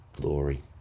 glory